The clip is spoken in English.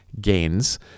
gains